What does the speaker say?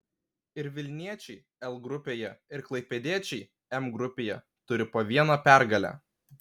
ir vilniečiai l grupėje ir klaipėdiečiai m grupėje turi po vieną pergalę